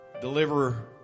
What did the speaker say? deliver